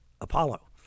Apollo